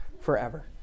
forever